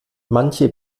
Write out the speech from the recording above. manche